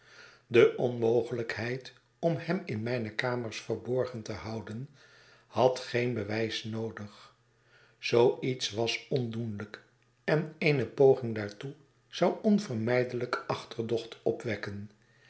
de onmogelijkheid om hem in mijne kamers verborgen te houden had geen bewijs noodig zoo iets was ondoenlijk en eene poging daartoe zou onvermijdelijk achterdocht opwekken